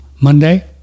Monday